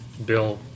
bill